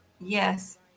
Yes